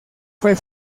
fue